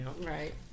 Right